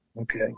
Okay